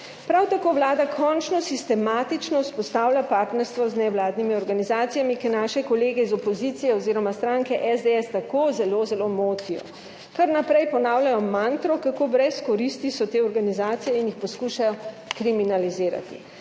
Prav tako Vlada končno sistematično vzpostavlja partnerstvo z nevladnimi organizacijami, ki naše kolege iz opozicije oziroma stranko SDS tako zelo, zelo motijo. Kar naprej ponavljajo mantro, kako brez koristi so te organizacije in jih poskušajo kriminalizirati.